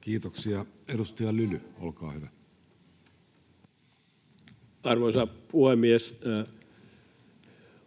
Time: 15:58 Content: Arvoisa puhemies!